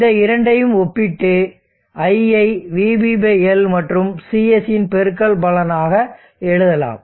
இந்த இரண்டையும் ஒப்பிட்டு I ஐ vBL மற்றும் CS இன் பெருக்கல் பலனாக எழுதலாம்